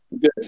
good